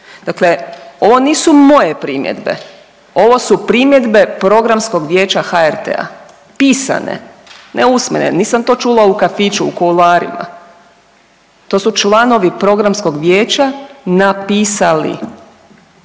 Dakle, ovo nisu moje primjedbe, ovo su primjedbe programskog vijeća HRT-a, pisane, ne usmene. Nisam to čula u kafiću u kuloarima, to su članovi programskog vijeća napisali.